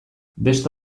beste